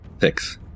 six